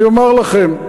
אני אומר לכם: